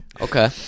Okay